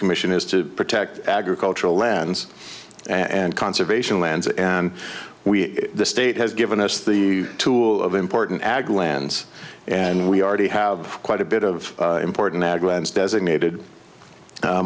commission is to protect agricultural lands and conservation lands and we the state has given us the tool of important ag lands and we already have quite a bit of important ag lands designated